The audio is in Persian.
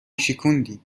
شکوندی